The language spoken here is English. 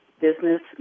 business